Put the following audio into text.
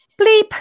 bleep